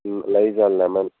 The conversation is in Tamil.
ம் லைஸால் லெமன்